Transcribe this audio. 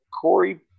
Corey